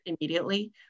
immediately